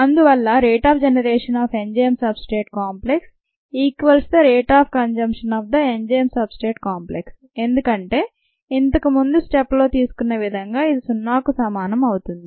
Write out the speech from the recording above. అందువల్ల rate of generation of enzyme substrate complex equals the rate of consumption of the enzyme substrate complex ఎందుకంటే ఇంతముందు స్టెప్లో తీసుకున్న విధంగా ఇది సున్నాకు సమానం అవుతుంది